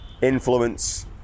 influence